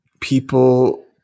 people